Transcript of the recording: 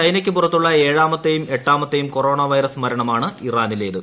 ചൈനയ്ക്ക് പുറത്തുള്ള ഏഴാമത്തെയും എട്ടാമത്തെയും കൊറോണ വൈറസ് മരണമാണ് ഇറാനിലേത്